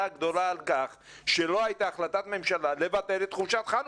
הגדולה על כך שלא הייתה החלטת ממשלה לבטל את חופשת חנוכה.